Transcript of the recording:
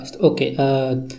Okay